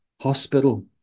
Hospital